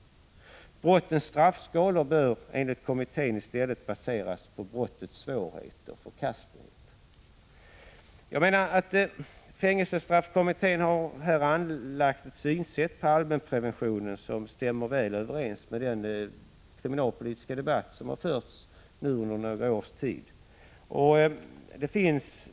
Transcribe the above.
Brottens straffskalor bör enligt kommittén i stället baseras på brottens svårighet eller förkastlighet. Fängelsestraffkommittén har här anlagt ett synsätt när det gäller allmänpreventionen som stämmer väl överens med vad som framhållits i den kriminalpolitiska debatt som nu har förts under några års tid.